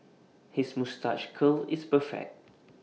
his moustache curl is perfect